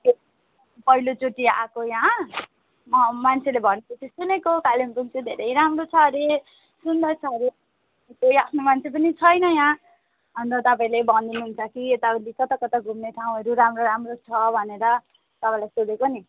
पहिलो चोटि आएको यहाँ मान्छेले भनेको त सुनेको कालेम्पोङ चाहिँ धेरै राम्रो छ अरे सुन्दर छ अरे कोही आफ्नो मान्छे पनि छैन यहाँ अन्त तपाईँले भनिदिनु हुन्छ कि यता उति कता कता घुम्ने ठाउँहरू राम्रो राम्रो छ भनेर तपाईँलाई सोधेको नि